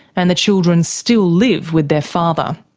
and the children still live with their father.